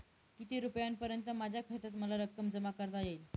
किती रुपयांपर्यंत माझ्या खात्यात मला रक्कम जमा करता येईल?